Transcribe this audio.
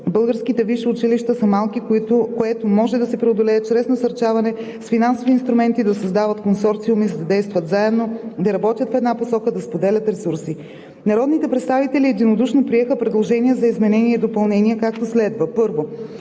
Българските висши училища са малки, което може да се преодолее чрез насърчаване с финансови инструменти да създават консорциуми, да действат заедно, да работят в една посока, да споделят ресурси. Народните представители единодушно приеха предложения за изменения и допълнения, както следва: 1.